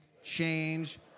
Change